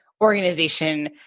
organization